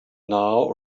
now